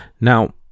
Now